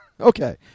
okay